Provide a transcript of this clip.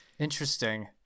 Interesting